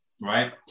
right